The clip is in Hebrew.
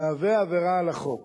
מהווה עבירה על החוק